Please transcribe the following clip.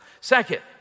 Second